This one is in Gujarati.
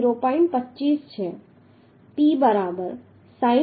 25 છે P બરાબર 60 છે